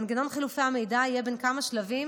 מנגנון חילופי המידע יהיה בן כמה שלבים,